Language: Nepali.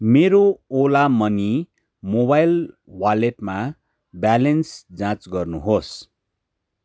मेरो ओला मनी मोबाइल वालेटमा ब्यालेन्स जाँच गर्नुहोस्